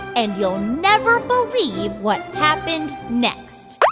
and you'll never believe what happened next